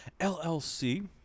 LLC